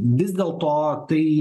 vis dėlto tai